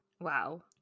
Wow